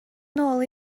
nôl